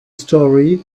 story